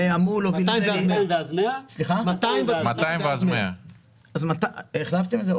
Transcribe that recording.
200 ואחר כך עוד 100. החלפתם את זה.